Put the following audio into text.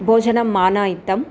भोजनम् आनीतम्